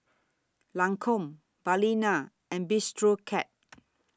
Lancome Balina and Bistro Cat